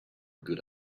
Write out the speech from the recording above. good